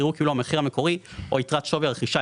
יראו כאילו המחיר המקורי או יתרת שווי הרכישה,